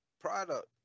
product